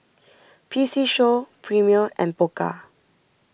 P C Show Premier and Pokka